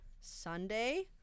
Sunday